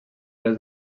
les